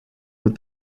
with